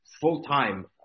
full-time